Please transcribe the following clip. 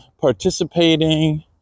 participating